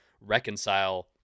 reconcile